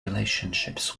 relationships